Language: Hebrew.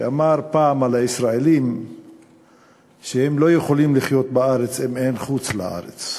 שאמר פעם על הישראלים שהם לא יכולים לחיות בארץ אם אין חוץ-לארץ,